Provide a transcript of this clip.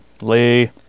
Lee